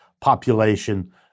population